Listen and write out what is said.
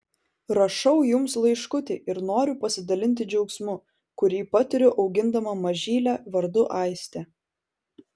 rašau jums laiškutį ir noriu pasidalinti džiaugsmu kurį patiriu augindama mažylę vardu aistė